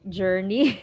journey